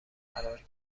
قرار